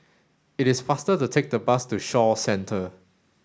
it is faster to take the bus to Shaw Centre